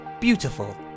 Beautiful